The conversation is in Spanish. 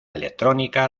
electrónica